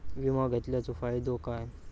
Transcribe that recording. विमा घेतल्याचो फाईदो काय?